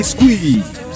Squeeze